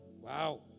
Wow